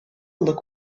look